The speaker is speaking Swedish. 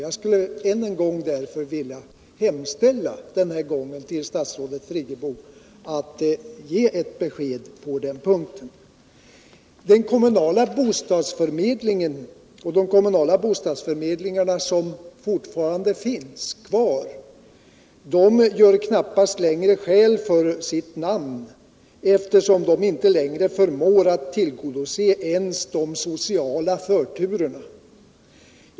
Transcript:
Jag vill därför nu hemställa att statsrådet Friggebo ger ett besked på den punkten. De kommunala bostadsförmedlingar som fortfarande finns kvar gör knappast skäl för sitt namn, eftersom de inte längre förmår tillgodose dem som har social förtur.